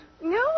No